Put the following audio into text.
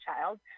child